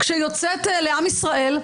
כשהיא יוצאת לעם ישראל,